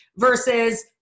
versus